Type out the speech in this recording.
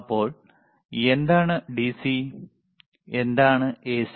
അപ്പോൾ എന്താണ് ഡിസി എന്താണ് എസി